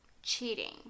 cheating